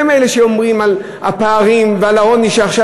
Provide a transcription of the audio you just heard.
הם אלה שאומרים על הפערים ועל העוני שעכשיו